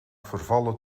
vervallen